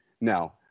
Now